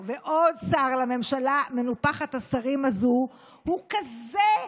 ועוד שר לממשלה מנופחת השרים הזו הוא כזה,